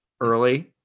early